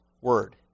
word